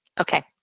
Okay